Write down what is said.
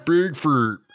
Bigfoot